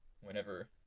whenever—